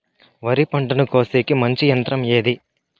వరి పంటను కోసేకి మంచి యంత్రం ఏది?